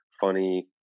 funny